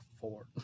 four